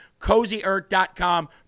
CozyEarth.com